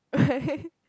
why